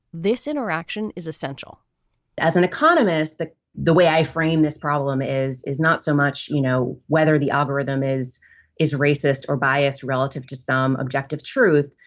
this interaction is essential as an economist, the the way i frame this problem is is not so much you know, whether the algorithm is is racist or biased relative to some objective truth.